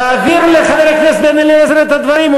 תעביר לחבר הכנסת בן-אליעזר את הדברים,